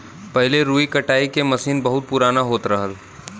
पहिले रुई कटाई के मसीन बहुत पुराना होत रहल